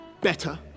better